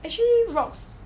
actually rocks